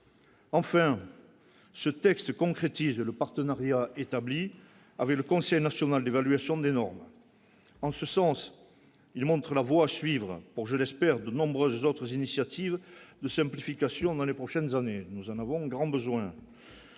Enfin, ce texte concrétise le partenariat établi avec le Conseil national d'évaluation des normes en ce sens, il montre la voie à suivre pour, je l'espère, de nombreuses autres initiatives de simplification dans les prochaines années, nous en avons grand besoin.